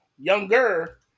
younger